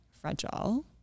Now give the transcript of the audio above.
fragile